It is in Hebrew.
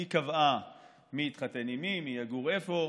היא קבעה מי יתחתן עם מי ומי יגור איפה,